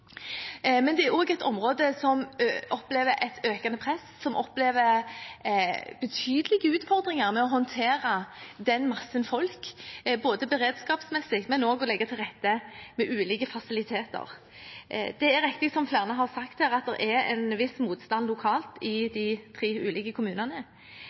Men det er også et område som opplever et økende press, som opplever betydelige utfordringer med å håndtere massene med folk, både beredskapsmessig og når det gjelder å legge til rette med ulike fasiliteter. Det er riktig som flere har sagt, at det er en viss motstand lokalt i de tre ulike kommunene.